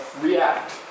react